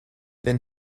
then